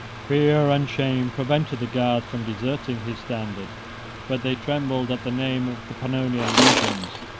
fear and shame prevented the guards from deserting his standard but they trembled at the name of the pannonian legions,